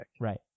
Right